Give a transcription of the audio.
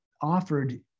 offered